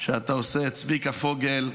שאתה עושה, צביקה פוגל.